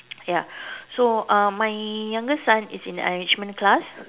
ya so um my younger son is in enrichment class